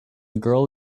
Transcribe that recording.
girl